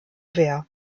wehr